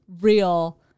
real